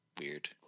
weird